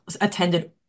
attended